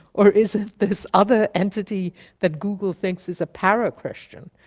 or is it this other entity that google thinks is a para-christian?